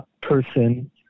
person